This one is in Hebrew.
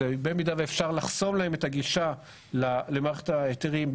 במידה ואפשר לחסום להם את הגישה למערכת ההיתרים,